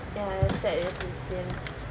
ya as sad as it seems